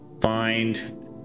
find